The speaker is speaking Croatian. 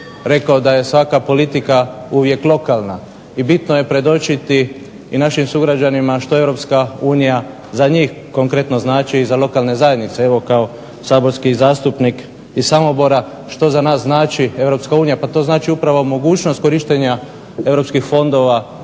rekao da je svaka politika uvijek lokalna i bitno je predočiti i našim sugrađanima što Europska unija za njih konkretno znači i za lokalne zajednice evo kao saborski zastupnik iz Samobora što za nas znači Europska unija. Pa to znači upravo mogućnost korištenja europskih fondova